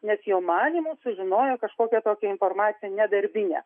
nes jo manymu sužinojo kažkokią tokią informaciją nedarbinę